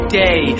day